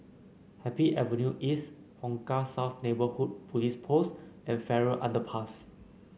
Happy Avenue East Hong Kah South Neighbourhood Police Post and Farrer Underpass